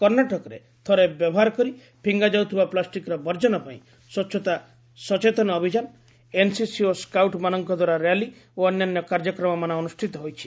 କର୍ଷ୍ଣାଟକରେ ଥରେ ବ୍ୟବହାର କରି ଫିଙ୍ଗାଯାଉଥିବା ପ୍ଲାଷ୍ଟିକ୍ର ବର୍ଜନ ପାଇଁ ସ୍ୱଚ୍ଛତା ସଚେତନ ଅଭିଯାନ ଏନ୍ସିସି ଓ ସ୍କାଉଟ୍ସ୍ମାନଙ୍କଦ୍ୱାରା ର୍ୟାଲି ଓ ଅନ୍ୟାନ୍ୟ କାର୍ଯ୍ୟକ୍ରମମାନ ଅନୁଷ୍ଠିତ ହୋଇଛି